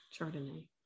Chardonnay